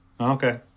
okay